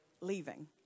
leaving